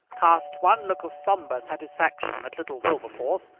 cast one look of sombre satisfaction at little wilberforce,